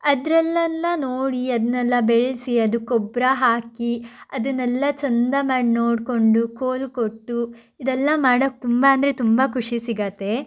ಅದರಲ್ಲೆಲ್ಲ ನೋಡಿ ಅದನ್ನೆಲ್ಲ ಬೆಳೆಸಿ ಅದಕ್ಕೆ ಗೊಬ್ಬರ ಹಾಕಿ ಅದನ್ನೆಲ್ಲ ಚೆಂದ ಮಾಡಿ ನೋಡಿಕೊಂಡು ಕೋಲು ಕೊಟ್ಟು ಇದೆಲ್ಲ ಮಾಡಕ್ಕೆ ತುಂಬ ಅಂದರೆ ತುಂಬ ಖುಷಿ ಸಿಗತ್ತೆ